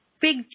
big